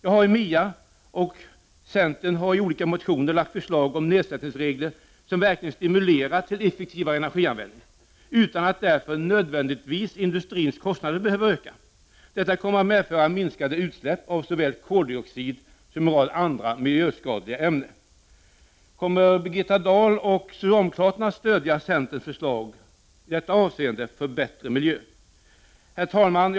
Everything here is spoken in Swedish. Jag har i MIA, liksom man från centern har i olika motioner, framlagt förslag om nedsättningsregler som verkligen stimulerar till effektivare energianvändning, utan att därför nödvändigtvis industrins kostnader behöver öka. Detta kommer att medföra minskade utsläpp av såväl koldioxid som en rad andra miljöskadliga ämnen. Kommer Birgitta Dahl och socialdemokraterna att stödja centerns förslag i detta avseende för en bättre miljö? Herr talman!